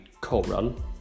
co-run